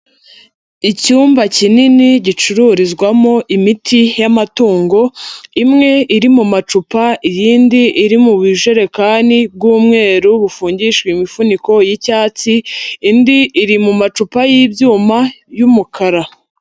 Icyumba kinini gicururizwamo imiti y'amatungo, imwe iri mu macupa, iyindi iri mu bujerekani bw'umweru bufungishije imifuniko y'icyatsi, indi iri mu macupa y'ibyuma y'umukara.